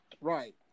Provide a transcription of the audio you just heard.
Right